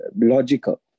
logical